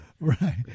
Right